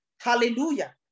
hallelujah